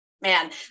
man